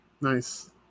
Nice